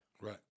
Right